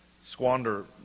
squander